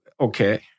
Okay